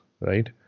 right